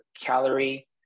calorie